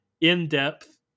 in-depth